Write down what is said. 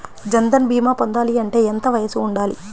జన్ధన్ భీమా పొందాలి అంటే ఎంత వయసు ఉండాలి?